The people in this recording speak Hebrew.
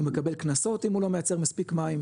הוא מקבל קנסות אם הוא לא מייצר מספיק מים,